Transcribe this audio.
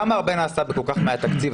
כמה הרבה נעשה בכל כך מעט תקציב,